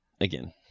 again